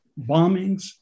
bombings